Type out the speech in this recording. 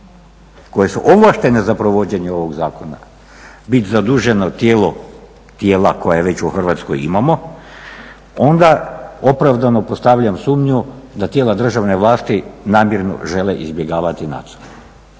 koje su ovlaštene za provođenje ovog zakona bit zaduženo tijelo, tijela koja već u Hrvatskoj imamo, onda opravdano postavljam sumnju da tijela državne vlasti namjerno žele izbjegavati nadzor.